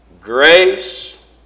Grace